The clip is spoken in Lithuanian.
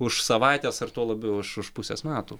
už savaitės ar tuo labiau už už pusės metų